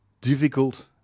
difficult